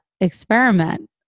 experiment